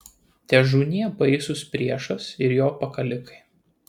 težūnie baisus priešas ir jo pakalikai